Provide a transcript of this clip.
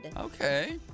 Okay